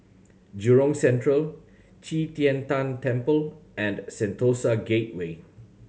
Jurong Central Qi Tian Tan Temple and Sentosa Gateway